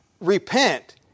repent